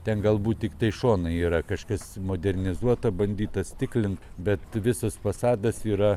ten galbūt tiktai šonai yra kažkas modernizuota bandyta stiklint bet visas fasadas yra